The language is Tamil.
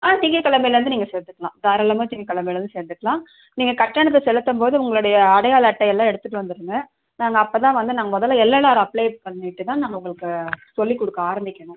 ஆ திங்கக்கெழமைலேந்து நீங்கள் சேர்ந்துக்கலாம் தாராளமாக திங்கக்கெழமைலேந்து சேர்ந்துக்கலாம் நீங்கள் கட்டணத்தை செலுத்தும் போது உங்களுடைய அடையாள அட்டை எல்லாம் எடுத்துகிட்டு வந்துடுங்க நாங்கள் அப்போ தான் வந்து நாங்கள் முதல்ல எல்எல்ஆர் அப்ளை பண்ணிவிட்டு தான் நாங்கள் உங்களுக்கு சொல்லிக் கொடுக்க ஆரம்பிக்கணும்